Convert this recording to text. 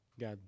God